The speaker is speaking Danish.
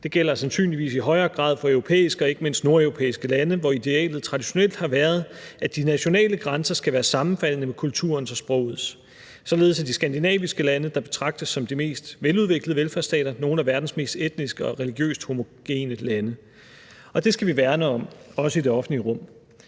Det gælder sandsynligvis i højere grad for europæiske og ikke mindst nordeuropæiske lande, hvor idealet traditionelt har været, at de nationale grænser skal være sammenfaldende med kulturens og sprogets (dvs. etnicitetens). Således er de skandinaviske lande, der betragtes som de mest veludviklede velfærdsstater, nogle af verdens mest etnisk og religiøst homogene lande.« Det skal vi værne om, også i det offentlige rum.